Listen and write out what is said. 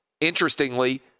Interestingly